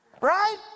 right